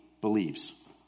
believes